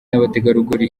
n’abategarugori